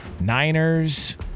Niners